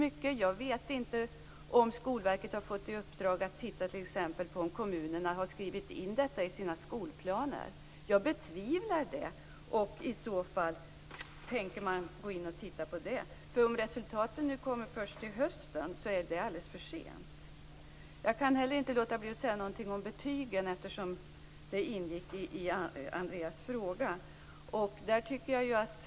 Jag vet t.ex. inte om Skolverket har fått i uppdrag att se efter om kommunerna har skrivit in detta i sina skolplaner. Jag betvivlar det. Tänker man då undersöka den saken? Om resultaten kommer till hösten är det alldeles för sent. Jag kan heller inte låta bli att säga något om betygen, eftersom de ingick i Andreas frågeställningar.